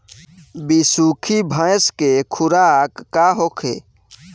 बिसुखी भैंस के खुराक का होखे?